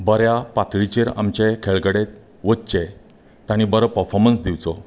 बऱ्या पातळीचेर आमचे खेळगडे वचचे तांणी बरो परफोमन्स दिवचो